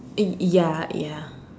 in ya ya